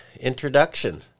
introduction